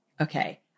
Okay